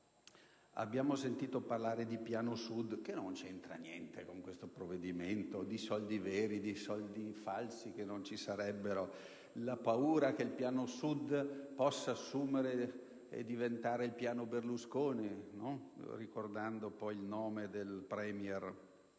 Abbiamo sentito parlare di piano Sud che non c'entra niente con questo provvedimento, di soldi veri o falsi e di soldi che non ci sarebbero, della paura che il piano Sud possa diventare il piano Berlusconi, prendendo il nome del *Premier*.